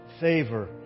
favor